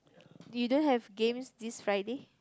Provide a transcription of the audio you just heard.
didn't have gang this Friday